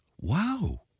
Wow